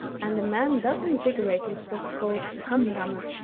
and a man thus invigorated was called hamrammr.